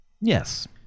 yes